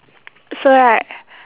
so right